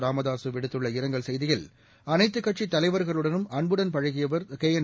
இராமதாசு விடுத்துள்ள இரங்கல் செய்தியில் அனைத்துக்கட்சித் தலைவர்களுடனும் அன்புடன் பழகியவர் கேஎன்